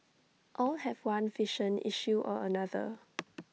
all have one vision issue or another